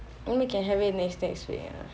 then we can have it next next week lah